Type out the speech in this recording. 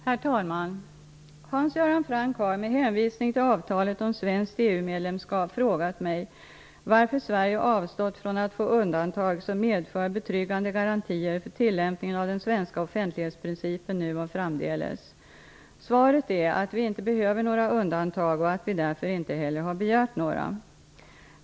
Herr talman! Hans Göran Franck har med hänvisning till avtalet om svenskt EU-medlemskap frågat mig varför Sverige avstått från att få undantag som medför betryggande garantier för tillämpningen av den svenska offentlighetsprincipen nu och framdeles. Svaret är att vi inte behöver några undantag och att vi därför inte heller har begärt några.